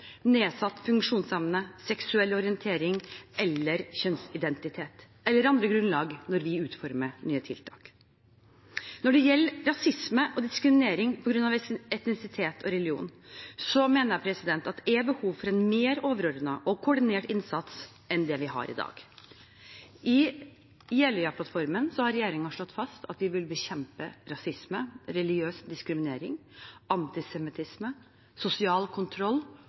nedsatt funksjonsevne, seksuell orientering eller kjønnsidentitet eller andre grunnlag når vi utformer nye tiltak. Når det gjelder rasisme og diskriminering på grunn av etnisitet og religion, mener jeg at det er behov for en mer overordnet og koordinert innsats enn det vi har i dag. I Jeløya-plattformen har regjeringen slått fast at vi vil «[b]ekjempe rasisme, religiøs diskriminering, antisemittisme, sosial kontroll